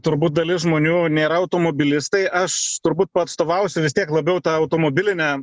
turbūt dalis žmonių nėra automobilistai aš turbūt paatstovausiu vis tiek labiau tą automobilinę